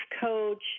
coach